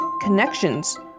connections